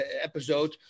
episode